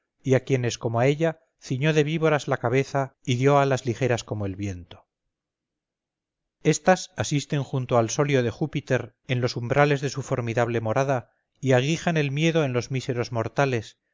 y a quienes como a ella ciñó de víboras la cabeza y dio alas ligeras como el viento estas asisten junto al solio de júpiter en los umbrales de su formidable morada y aguijan el miedo en los míseros mortales